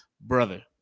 Brother